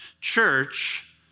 church